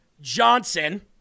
Johnson